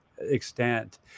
extent